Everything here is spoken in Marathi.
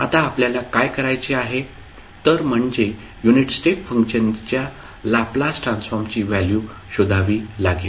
आता आपल्याला काय करायचे आहे तर म्हणजे युनिट स्टेप फंक्शनच्या लॅपलास ट्रान्सफॉर्मची व्हॅल्यू शोधावी लागेल